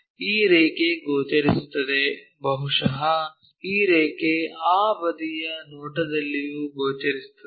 ಈ ರೇಖೆ ಗೋಚರಿಸುತ್ತದೆ ಬಹುಶಃ ಈ ರೇಖೆ ಆ ಬದಿಯ ನೋಟದಲ್ಲಿಯೂ ಗೋಚರಿಸುತ್ತದೆ